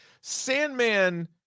Sandman